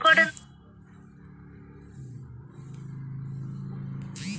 ಹನಿ ನೀರಿನ ಪದ್ಧತಿಯಿಂದ ನೀರಿನ್ನು ಯಾವ ರೀತಿ ಹೆಚ್ಚಿನ ನೀರು ವೆಸ್ಟ್ ಆಗದಾಗೆ ಉಪಯೋಗ ಮಾಡ್ಬಹುದು?